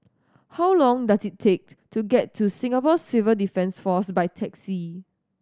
how long does it take to get to Singapore Civil Defence Force by taxi